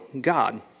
God